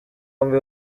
bombi